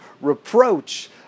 reproach